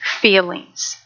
feelings